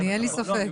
אין לי ספק.